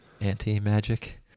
anti-magic